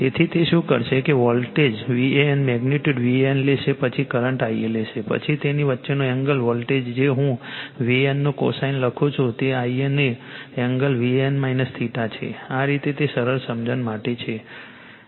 તેથી તે શું કરશે કે વોલ્ટેજ VAN મેગ્નિટ્યુડ VAN લેશે પછી કરંટ Ia લેશે પછી તેની વચ્ચેનો એંગલ વોલ્ટેજ જે હું VAN નો કોસાઇન લખું છું તે Ia નો એંગલ VAN છે આ રીતે તે સરળ સમજણ માટે લખાયેલું છે